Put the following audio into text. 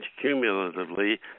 cumulatively